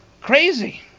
Crazy